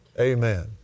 Amen